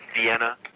Vienna